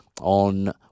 on